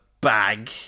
bag